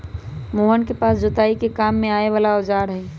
मोहन के पास जोताई के काम में आवे वाला औजार हई